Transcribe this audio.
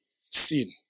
sin